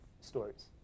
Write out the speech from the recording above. stories